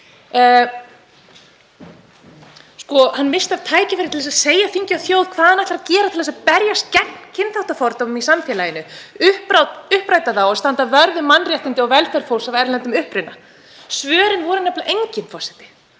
Hann missti af tækifæri til að segja þingi og þjóð hvað hann ætlar að gera til að berjast gegn kynþáttafordómum í samfélaginu, uppræta þá og standa vörð um mannréttindi og velferð fólks af erlendum uppruna. Svörin voru nefnilega engin, forseti.